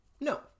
No